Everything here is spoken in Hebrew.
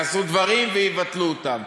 יעשו דברים ויבטלו אותם,